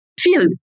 field